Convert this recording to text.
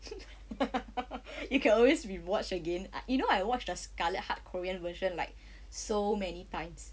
you can always rewatch again ah you know I watched the scarlet heart korean version like so many times